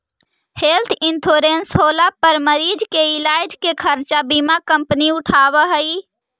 health insurance होला पर मरीज के इलाज के खर्चा बीमा कंपनी उठावऽ हई